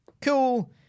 Cool